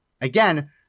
Again